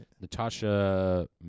Natasha